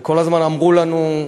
שכל הזמן אמרו לנו,